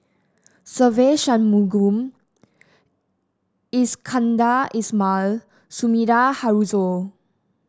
Se Ve Shanmugam Iskandar Ismail Sumida Haruzo